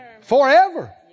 Forever